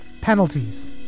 penalties